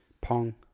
Pong